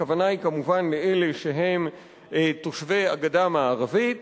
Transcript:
הכוונה היא כמובן לאלה שהם תושבי הגדה המערבית